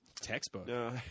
Textbook